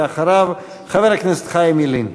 ואחריו חבר הכנסת חיים ילין.